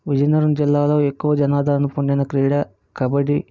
విజయనగరం జిల్లాలో ఎక్కువ జనాదరణ పొందిన క్రీడ కబడ్డీ